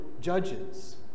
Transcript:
judges